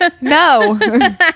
No